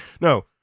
No